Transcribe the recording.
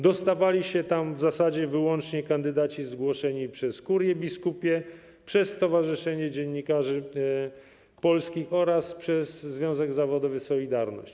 Dostawali się tam w zasadzie wyłącznie kandydaci zgłoszeni przez kurie biskupie, przez Stowarzyszenie Dziennikarzy Polskich oraz przez związek zawodowy „Solidarność”